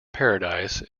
paradise